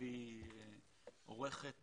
היא עורכת